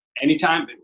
Anytime